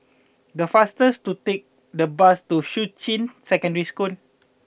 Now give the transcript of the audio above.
the fastest to take the bus to Shuqun Secondary School